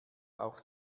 auch